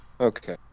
Okay